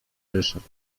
ryszard